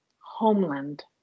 homeland